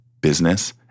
business